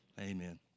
Amen